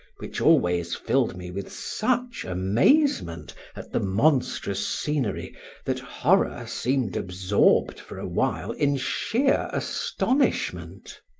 which always filled me with such amazement at the monstrous scenery that horror seemed absorbed for a while in sheer astonishment.